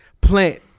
Plant